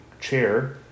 chair